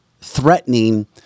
threatening